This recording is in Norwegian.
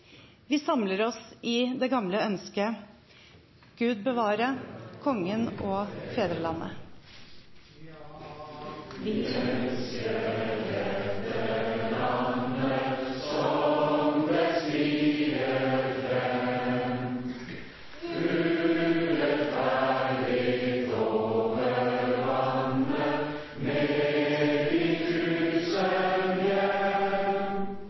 vi har påtatt oss. Vi samler oss i det gamle ønsket: Gud bevare Kongen og fedrelandet!